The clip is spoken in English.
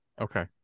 Okay